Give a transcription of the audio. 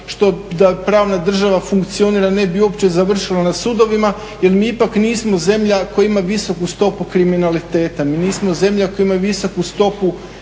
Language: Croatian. što da pravna država funkcionira ne bi uopće završilo na sudovima jel mi ipak nismo zemlja koja ima visoku stopu kriminaliteta, mi nismo zemlja koja ima visoku stopu